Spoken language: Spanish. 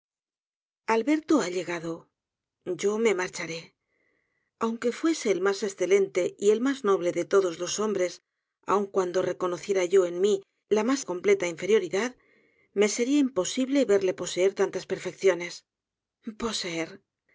alberto ha llegado yo me marcharé aunque fuese el mas escelen te y el mas noble de todos los hombres aun cuando reconociera yo en mí la mas completa inferioridad me seria imposible verle poseer tantas perfeccione poseer